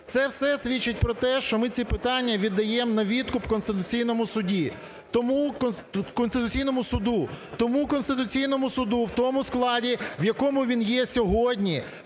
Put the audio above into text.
Це все свідчить про те, що ми ці питання віддаємо на відкуп Конституційному Суду. Тому Конституційному Суду в тому складі, в якому він є сьогодні,